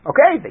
Okay